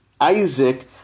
Isaac